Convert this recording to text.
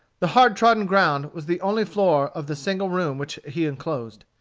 the hard-trodden ground was the only floor of the single room which he enclosed.